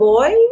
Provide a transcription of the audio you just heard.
Boy